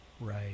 Right